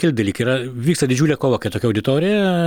keli dalykai yra vyksta didžiulė kova kai tokia auditorija